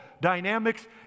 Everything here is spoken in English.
dynamics